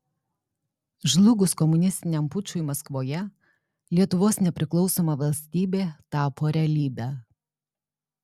žlugus komunistiniam pučui maskvoje lietuvos nepriklausoma valstybė tapo realybe